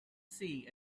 see